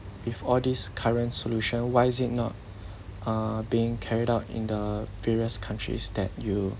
with all this current solution why is it not uh being carried out in the various countries that you